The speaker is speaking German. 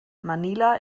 manila